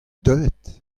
deuet